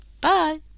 bye